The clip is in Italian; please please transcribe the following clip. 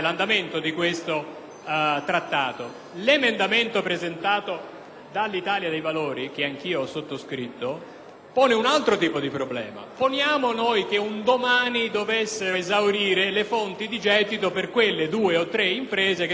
Italia dei Valori, che anch'io ho sottoscritto, pone un altro tipo di problema. Mettiamo che un domani si dovessero esaurire le fonti di gettito per quelle due o tre imprese che sono state classificate come quelle dalle quali vanno prelevati i quattrini